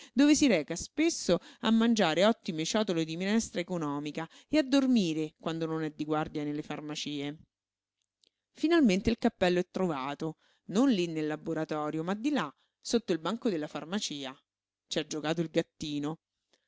dove si reca spesso a mangiare ottime ciotole di minestra economica e a dormire quando non è di guardia nelle farmacie fnalrnente finalmente il cappello è trovato non lí nel laboratorio ma di là sotto il banco della farmacia ci ha giocato il gattino